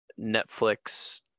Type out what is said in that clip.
Netflix